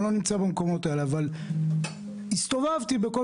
אני לא נמצא במקומות האלה אבל הסתובבתי בכל